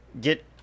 get